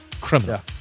criminal